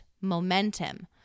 momentum